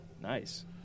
nice